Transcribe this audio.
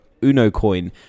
Unocoin